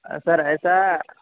سر ایسا